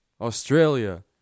Australia